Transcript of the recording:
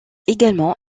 également